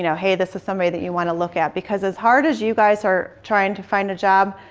you know hey, this is somebody that you want to look at. because as hard as you guys are trying to find a job,